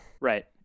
Right